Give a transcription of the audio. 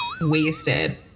wasted